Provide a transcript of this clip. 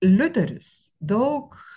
liuteris daug